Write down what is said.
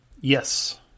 Yes